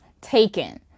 taken